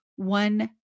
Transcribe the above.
One